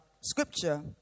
scripture